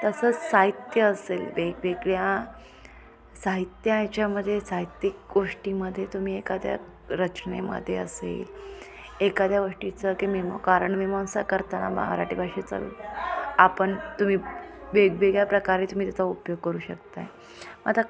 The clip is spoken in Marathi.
तसंच साहित्य असेल वेगवेगळ्या साहित्य ह्याच्यामध्ये साहित्यिक गोष्टीमध्ये तुम्ही एखाद्या रचनेमध्ये असेल एखाद्या गोष्टीचं कीमीम कारणमीमांसा करताना मराठी भाषेचं आपण तुम्ही वेगवेगळ्या प्रकारे तुम्ही त्याचा उपयोग करू शकत आहे आता